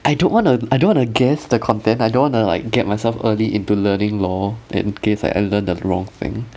I don't want to I don't want to guess the content I don't wanna like get myself early into learning law in case I learned the wrong thing